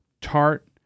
tart